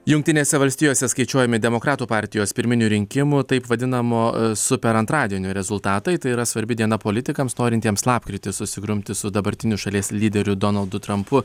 jungtinėse valstijose skaičiuojami demokratų partijos pirminių rinkimų taip vadinamo super antradienio rezultatai tai yra svarbi diena politikams norintiems lapkritį susigrumti su dabartiniu šalies lyderiu donaldu trampu